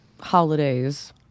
holidays